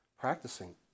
practicing